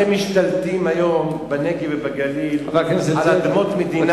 אתם משתלטים היום בנגב ובגליל על אדמות המדינה,